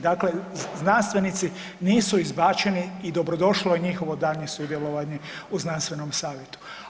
Dakle, znanstvenici nisu izbačeni i dobrodošlo je njihovo daljnje sudjelovanje u znanstvenom savjetu.